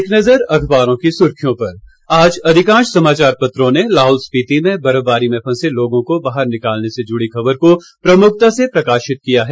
एक नजर अखबारों की सुर्खियों पर आज अधिकांश समाचार पत्रों ने लाहौल स्पीति में बर्फवारी में फंसे लोगों को बाहर निकालने से जुड़ी खबर को प्रमुखता से प्रकाशित किया है